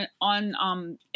on